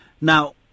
Now